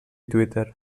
twitter